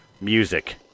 music